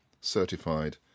certified